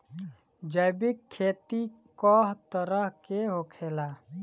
जैविक खेती कए तरह के होखेला?